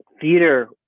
theater